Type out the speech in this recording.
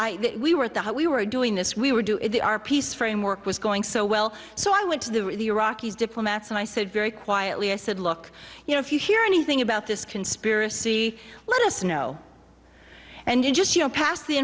i we were at the we were doing this we were doing the our peace framework was going so well so i went to the iraqis diplomats and i said very quietly i said look you know if you hear anything about this conspiracy let us know and you just you know pass the